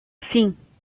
sim